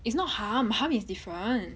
is not hum hum is different